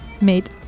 made